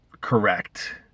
correct